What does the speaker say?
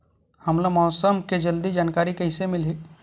हमला मौसम के जल्दी जानकारी कइसे मिलही?